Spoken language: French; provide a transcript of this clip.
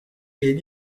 est